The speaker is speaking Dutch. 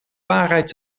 waarheid